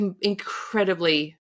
incredibly